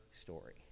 story